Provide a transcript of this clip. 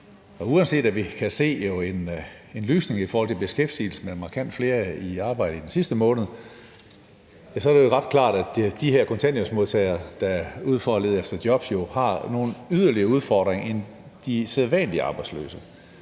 uanset at vi kan se en lysning i forhold til beskæftigelsen med markant flere i arbejde den sidste måned, står det jo ret klart, at de her kontanthjælpsmodtagere, der er ude for at lede efter job, jo har nogle yderligere udfordringer end de sædvanlige arbejdsløse.